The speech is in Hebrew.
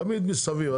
תמיד מסביב.